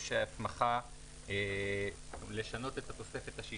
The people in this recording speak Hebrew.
בסעיף קטן (ה) יש הסמכה לשנות את התוספת השישית,